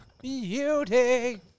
beauty